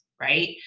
right